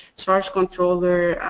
charge controller,